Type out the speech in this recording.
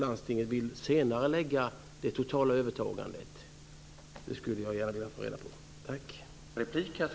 Landstingen vill ju senarelägga det totala övertagandet.